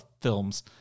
films